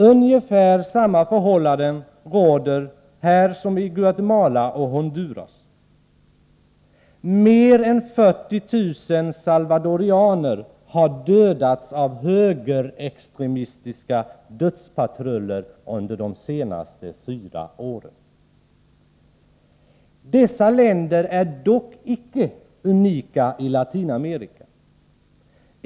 Ungefär samma förhållanden råder här som i Guatemala och Honduras. Mer än 40 000 salvadorianer har dödats av högerextremistiska dödspatruller under de senaste fyra åren. Dessa länder är dock inte unika i Latinamerika.